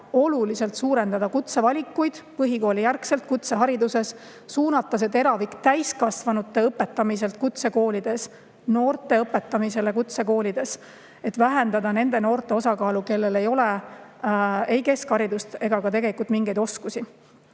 oluliselt suurendada kutsevalikuid põhikoolijärgselt kutsehariduses, suunata see teravik täiskasvanute õpetamiselt kutsekoolides noorte õpetamisele kutsekoolides, et vähendada nende noorte osakaalu, kellel pole ei keskharidust ega ka tegelikult mingeid oskusi.